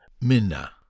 minna